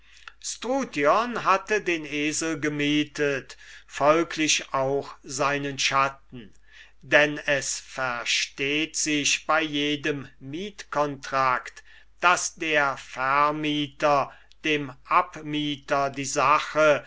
hatte den esel gemietet folglich auch seinen schatten denn es versteht sich bei jedem mietcontract daß der vermieter dem abmieter die sache